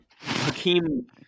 Hakeem